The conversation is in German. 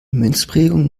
münzprägung